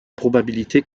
probabilité